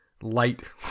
light